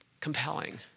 compelling